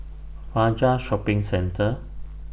Fajar Shopping Centre